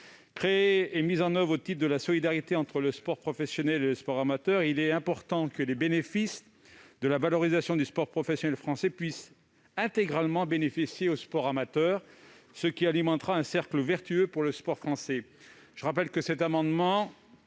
créée et mise en oeuvre au titre de la solidarité entre le sport professionnel et le sport amateur, il est important que les bénéfices de la valorisation du sport professionnel français puissent intégralement bénéficier au sport amateur, ce qui alimentera un cercle vertueux pour le sport français. Je précise que l'adoption